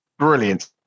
Brilliant